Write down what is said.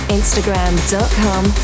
Instagram.com